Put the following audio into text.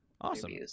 awesome